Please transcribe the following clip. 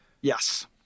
Yes